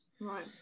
Right